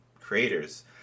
creators